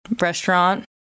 restaurant